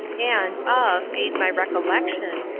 and, of, aid my recollection,